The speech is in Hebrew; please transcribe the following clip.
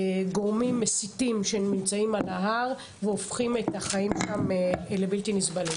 גורמים מסיתים שנמצאים על ההר הופכים את החיים שם לבלתי נסבלים.